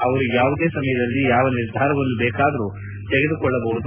ಅವರು ಯಾವುದೇ ಸಮಯದಲ್ಲಿ ಯಾವ ನಿರ್ಧಾರವನ್ನು ಬೇಕಾದರೂ ತೆಗೆದುಕೊಳ್ಳಬಹುದು